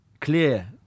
clear